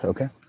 Okay